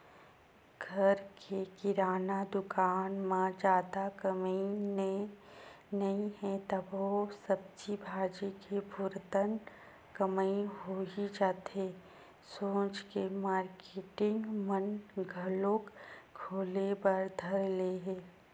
घर के किराना दुकान म जादा कमई नइ हे तभो सब्जी भाजी के पुरतन कमई होही जाथे सोच के मारकेटिंग मन घलोक खोले बर धर ले हे